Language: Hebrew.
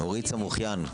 אורית סמוכיאן.